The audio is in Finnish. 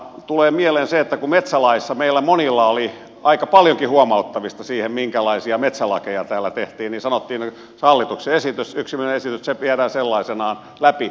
tulee mieleen se että kun metsälaissa meillä monilla oli aika paljonkin huomauttamista siihen minkälaisia metsälakeja täällä tehtiin niin sanottiin että hallituksen esitys yksimielinen esitys viedään sellaisenaan läpi